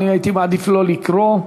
אני הייתי מעדיף לא לקרוא,